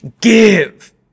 give